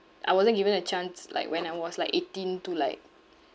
I wasn't given a chance like when I was like eighteen to like